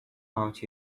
about